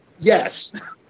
Yes